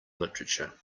literature